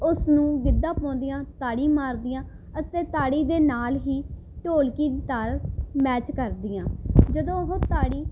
ਉਸਨੂੰ ਗਿੱਧਾ ਪਾਉਂਦੀਆਂ ਤਾੜੀ ਮਾਰਦੀਆਂ ਅਤੇ ਤਾੜੀ ਦੇ ਨਾਲ ਹੀ ਢੋਲਕੀ ਦੀ ਤਾਲ ਮੈਚ ਕਰਦੀਆਂ ਜਦੋਂ ਉਹ ਤਾੜੀ